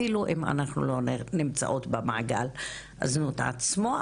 אפילו אם אנחנו לא נמצאות במעגל הזנות עצמו,